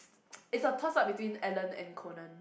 is a toss up between Ellen and Conan